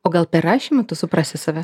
o gal per rašymą tu suprasi save